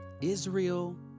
Israel